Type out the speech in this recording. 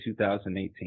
2018